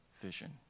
vision